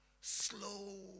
slow